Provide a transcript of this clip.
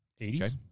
80s